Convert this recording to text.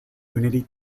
unity